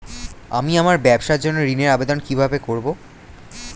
আমি আমার ব্যবসার জন্য ঋণ এর আবেদন কিভাবে করব?